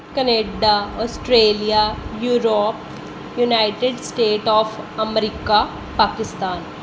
Canada Australia Europe united state of America Pakistan